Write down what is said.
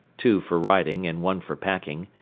two for riding and one for packing,